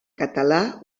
català